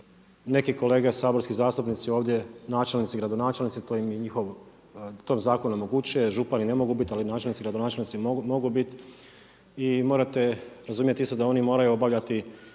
neki kolege saborski zastupnici ovdje načelnici, gradonačelnici. To im je njihov, to im zakon omogućuje. Župani ne mogu biti, ali načelnici, gradonačelnici mogu biti. I morate razumjeti isto da oni moraju obavljati